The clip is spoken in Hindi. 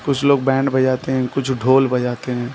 कुछ लोग बैंड बजाते हैं कुछ ढोल बजाते हैं